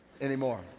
anymore